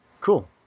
Cool